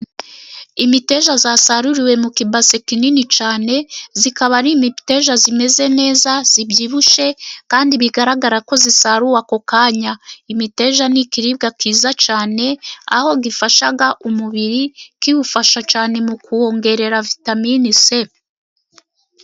Imiteja yasaruriwe mu kibase kinini cyane ikaba ari imiteja imeze neza ibyibushye, kandi bigaragara ko isaruwe ako Akanya. Imiteja n'ikiribwa kiza cyane aho ifasha umubiri kiwufasha cyane mu kuwongerera vitaminini c.